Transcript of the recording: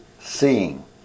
seeing